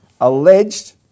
alleged